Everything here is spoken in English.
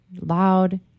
loud